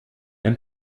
and